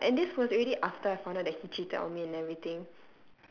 ya and this was already after I found out that he cheated on me and everything